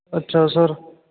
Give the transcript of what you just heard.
ਅੱਛਾ ਸਰ